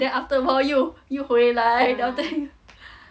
then after a while 又又回来 that type O_P_F thing